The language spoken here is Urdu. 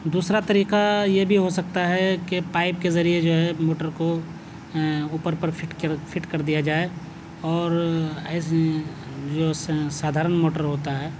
دوسرا طریقہ یہ بھی ہو سکتا ہے کہ پائپ کے ذریعے جو ہے موٹر کو اوپر پر فٹ فٹ کر دیا جائے اور جو سادھارن موٹر ہوتا ہے